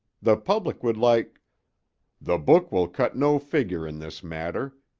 the public would like the book will cut no figure in this matter,